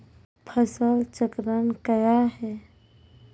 फसल चक्रण कया हैं?